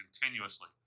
continuously